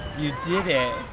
you did it.